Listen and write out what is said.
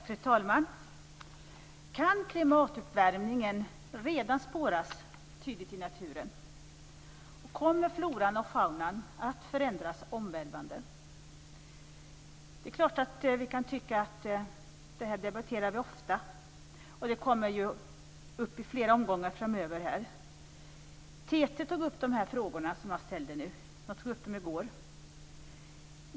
Fru talman! Kan klimatuppvärmningen redan spåras tydligt i naturen? Kommer floran och faunan att förändras omvälvande? Det är klart att vi kan tycka att vi debatterar detta ofta, och det kommer ju upp i flera omgångar framöver. TT tog i går upp de frågor som jag ställde nu.